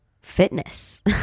fitness